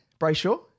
Brayshaw